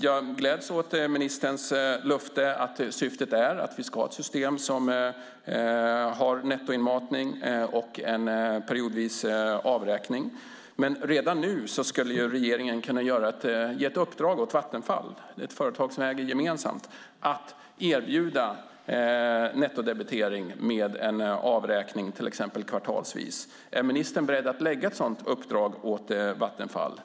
Jag gläds åt ministerns löfte att syftet är att vi ska ha ett system som har nettoinmatning och en periodvis avräkning. Redan nu skulle regeringen kunna ge i uppdrag åt Vattenfall - ett företag som vi äger gemensamt - att erbjuda nettodebitering med en avräkning till exempel kvartalsvis. Är ministern beredd att lägga ett sådant uppdrag på Vattenfall?